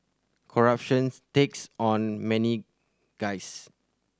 corruptions takes on many guises